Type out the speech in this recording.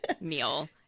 meal